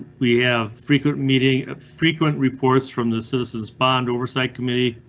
we have frequent meeting ah frequent reports from the citizens bond oversight committee,